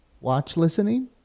watch-listening